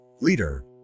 leader